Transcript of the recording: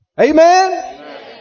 Amen